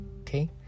Okay